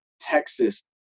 Texas